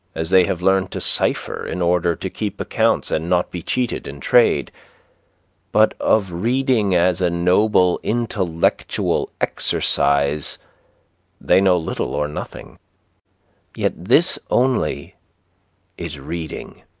as they have learned to cipher in order to keep accounts and not be cheated in trade but of reading as a noble intellectual exercise they know little or nothing yet this only is reading,